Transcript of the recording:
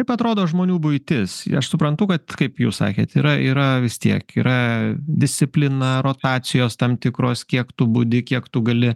kaip atrodo žmonių buitis jei aš suprantu kad kaip jūs sakėt yra yra vis tiek yra disciplina rotacijos tam tikros kiek tu budi kiek tu gali